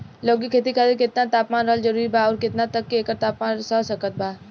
लौकी के खेती खातिर केतना तापमान रहल जरूरी बा आउर केतना तक एकर तापमान सह सकत बा?